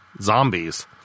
Zombies